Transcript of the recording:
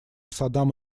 садам